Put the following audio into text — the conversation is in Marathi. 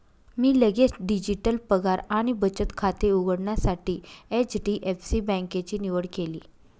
मी लगेच डिजिटल पगार आणि बचत खाते उघडण्यासाठी एच.डी.एफ.सी बँकेची निवड केली